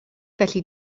felly